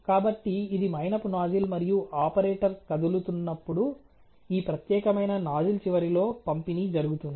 కాబట్టి ఇది మైనపు నాజిల్ మరియు ఆపరేటర్ కదులుతున్నప్పుడు ఈ ప్రత్యేకమైన నాజిల్ చివరిలో పంపిణీ జరుగుతుంది